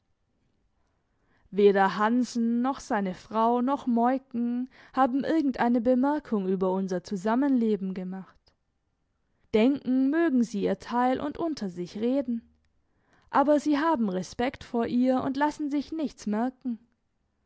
mohr weder hansen noch seine frau noch moiken haben irgend eine bemerkung über unser zusammenleben gemacht denken mögen sie ihr teil und unter sich reden aber sie haben respekt vor ihr und lassen sich nichts merken